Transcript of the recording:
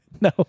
No